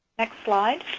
next slide.